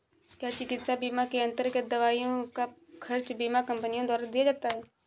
क्या चिकित्सा बीमा के अन्तर्गत दवाइयों का खर्च बीमा कंपनियों द्वारा दिया जाता है?